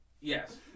Yes